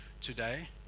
today